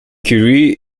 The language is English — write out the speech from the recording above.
currie